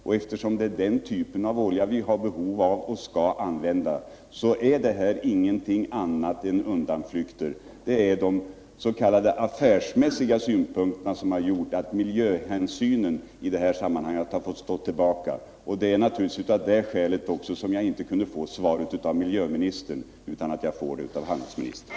Det är också den typen av olja vi har behov av och skall använda. Vad handelsministern säger är ingenting annat än undanflykter. Miljöhänsynen har i detta sammanhang fått stå tillbaka för de affärsmässiga synpunkterna. Det var naturligtvis också av det skälet som jag inte kunde få svaret av miljöministern utan får det av handelsministern.